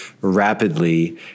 rapidly